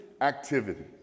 activity